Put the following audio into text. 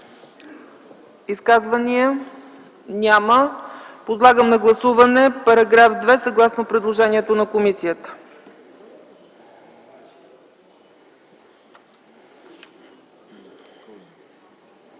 Изказвания? Няма. Подлагам на гласуване § 2 съгласно предложението на комисията.